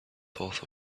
thought